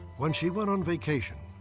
when she went on vacation,